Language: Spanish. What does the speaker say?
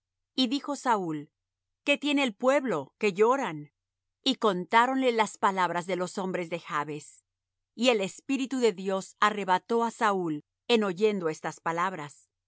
y dijo saúl qué tiene el pueblo que lloran y contáronle las palabras de los hombres de jabes y el espíritu de dios arrebató á saúl en oyendo estas palabras